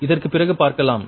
இதற்குப் பிறகு பார்க்கலாம்